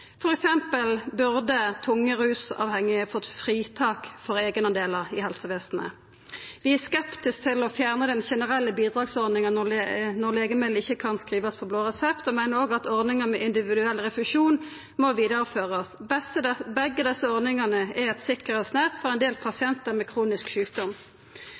rusavhengige burde f.eks. fått fritak for eigendelar i helsevesenet. Vi er skeptiske til å fjerna den generelle bidragsordninga når legemiddel ikkje kan skrivast på blå resept, og meiner òg at ordningar med individuell refusjon må vidareførast. Begge desse ordningane er eit sikkerheitsnett for ein del pasientar med kronisk sjukdom.